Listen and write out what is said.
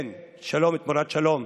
כן, שלום תמורת שלום,